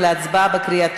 נא להצביע.